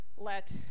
let